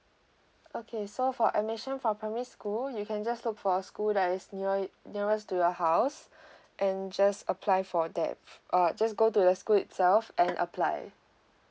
okay so for admission for primary school you can just look for a school that is near nearest to your house and just apply for that uh just go to the school itself and apply